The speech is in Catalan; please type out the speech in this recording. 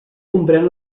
comprèn